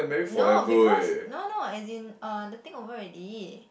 no because no no as in uh the thing over already